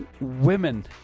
women